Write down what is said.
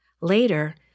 Later